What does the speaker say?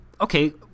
Okay